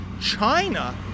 China